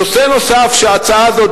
נושא נוסף שההצעה הזאת